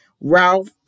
Ralph